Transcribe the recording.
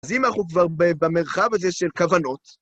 אז אם אנחנו כבר במרחב הזה של כוונות...